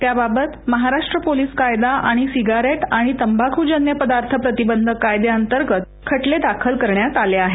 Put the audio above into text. त्याबाबत महाराष्ट्र पोलीस कायदा आणि सिगारेट तंबाबूजन्य पदार्थ प्रतिबंधक कायद्यांतर्गत खटले दाखल करण्यात आले आहेत